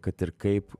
kad ir kaip